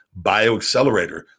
Bioaccelerator